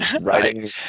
Writing